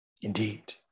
Indeed